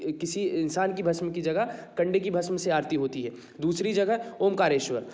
किसी इंसान की भस्म की जगह कंडे की भस्म से आरती होती है दूसरी जगह ओंकारेश्वर